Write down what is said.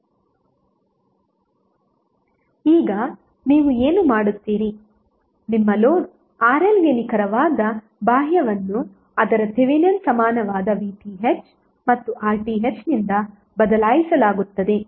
1626 slide time ಈಗ ನೀವು ಏನು ಮಾಡುತ್ತೀರಿ ನಿಮ್ಮ ಲೋಡ್ RL ಗೆ ನಿಖರವಾದ ಬಾಹ್ಯವನ್ನು ಅದರ ಥೆವೆನಿನ್ ಸಮಾನವಾದ VTh ಮತ್ತು RTh ನಿಂದ ಬದಲಾಯಿಸಲಾಗುತ್ತದೆ